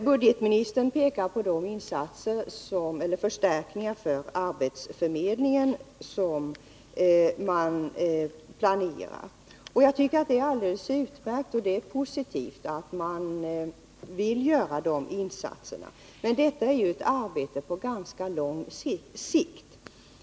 Budgetministern pekade på de förstärkningar för arbetsförmedlingen som man planerar. Jag tycker att detta är alldeles utmärkt och att det är positivt att man vill göra de insatserna, men det är ett arbete på ganska lång sikt.